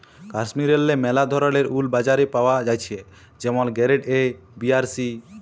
কাশ্মীরেল্লে ম্যালা ধরলের উল বাজারে পাওয়া জ্যাছে যেমল গেরেড এ, বি আর সি